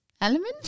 element